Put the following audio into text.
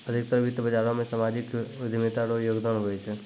अधिकतर वित्त बाजारो मे सामाजिक उद्यमिता रो योगदान हुवै छै